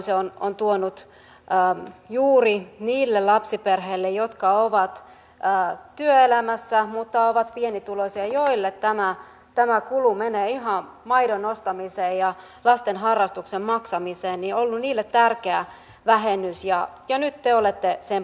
se on ollut juuri niille lapsiperheille jotka ovat työelämässä mutta ovat pienituloisia ja joilla tämä kulu menee ihan maidon ostamiseen ja lasten harrastuksen maksamiseen tärkeä vähennys ja nyt te olette sen poistamassa